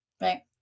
right